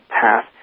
path